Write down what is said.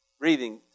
Breathing